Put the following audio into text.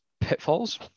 pitfalls